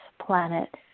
planet